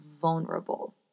vulnerable